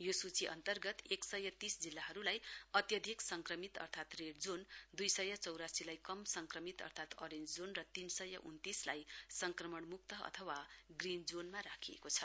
यो सूची अन्तर्गत एक सय तीस जिल्लाहरूलाई अत्याधिक संक्रमित अर्थात रेड जोन दुई सय चौरासीलाई कम संक्रमित अर्थात अरेञ्ज जोन र तीन सय उन्नतीसलाई संक्रमणमुक्त अथवा ग्रीन जोनमा राखिएको छ